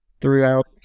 throughout